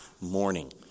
morning